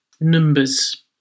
numbers